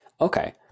Okay